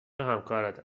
همکارت